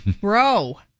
Bro